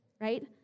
right